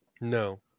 no